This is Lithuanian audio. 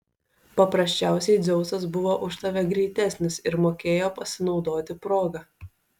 paprasčiausiai dzeusas buvo už tave greitesnis ir mokėjo pasinaudoti proga